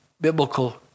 biblical